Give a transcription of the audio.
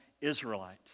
Israelite